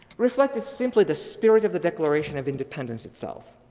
reflected simply the spirit of the declaration of independence itself,